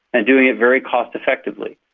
and doing it very cost effectively.